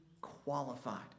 qualified